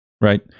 right